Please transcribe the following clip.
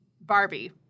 Barbie